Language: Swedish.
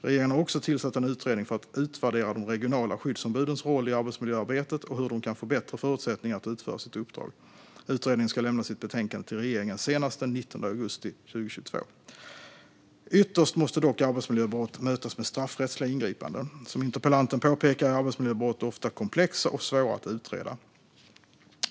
Regeringen har också tillsatt en utredning för att utvärdera de regionala skyddsombudens roll i arbetsmiljöarbetet och hur de kan få bättre förutsättningar att utföra sitt uppdrag. Utredningen ska lämna sitt betänkande till regeringen senast den 19 augusti 2022. Ytterst måste dock arbetsmiljöbrott mötas med straffrättsliga ingripanden. Som interpellanten påpekar är arbetsmiljöbrott ofta komplexa och svåra att utreda.